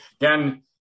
Again